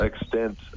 extent